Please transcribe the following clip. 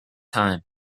time